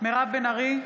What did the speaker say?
מירב בן ארי,